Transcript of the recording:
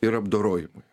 ir apdorojimui